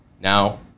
now